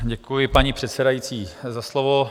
Děkuji, paní předsedající, za slovo.